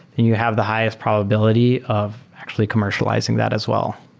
then you have the highest probability of actually commercializing that as well.